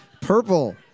purple